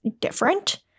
different